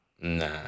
Nah